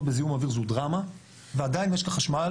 בזיהום האויר זו דרמה ועדיין משק החשמל